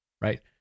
right